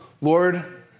Lord